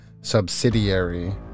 subsidiary